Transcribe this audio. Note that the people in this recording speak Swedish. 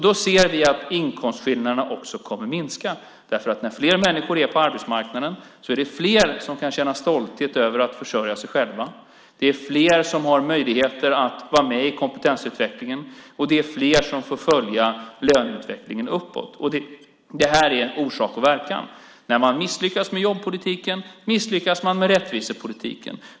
Då ser vi att inkomstskillnaderna också kommer att minska, därför att när fler människor är på arbetsmarknaden är det fler som kan känna stolthet över att försörja sig själva. Det är fler som har möjligheter att vara med i kompetensutvecklingen, och det är fler som får följa löneutvecklingen uppåt. Det här är en orsak och verkan. När man misslyckas med jobbpolitiken misslyckas man med rättvisepolitiken.